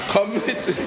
Commit